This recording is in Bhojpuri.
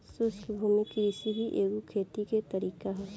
शुष्क भूमि कृषि भी एगो खेती के तरीका ह